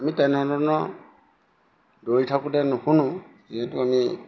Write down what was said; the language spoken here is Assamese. আমি তেনেধৰণৰ দৌৰি থাকোঁতে নুশুনো যিহেতু আমি